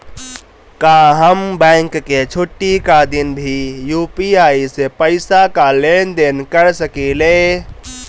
का हम बैंक के छुट्टी का दिन भी यू.पी.आई से पैसे का लेनदेन कर सकीले?